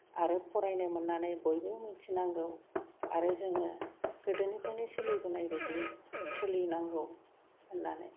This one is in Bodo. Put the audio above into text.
आरो फरायनो मोन्नानै बयबो मिथिनांगौ आरो जोङो गोदोनिफ्रायनो सोलिबोनाय बायदियै सोलिनांगौ होननानै